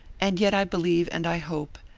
and yet i believe and i hope,